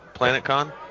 PlanetCon